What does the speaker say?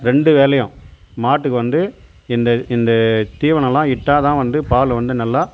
ரெண்டு வேலையும் மாட்டுக்கு வந்து இந்த இந்த தீவனலாம் இட்டாதான் வந்து பால் வந்து நல்லா